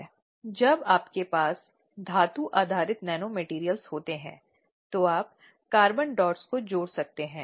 हम अपने आप को आंतरिक शिकायत समितियों तक सीमित रखने की कोशिश करेंगे जिन्हें हर संगठन में 10 या अधिक कर्मचारियों के साथ स्थापित किया जाना है